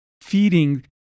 feeding